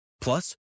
Plus